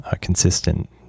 consistent